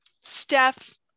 Steph